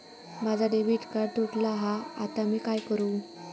माझा debit card तुटला हा आता मी काय करू?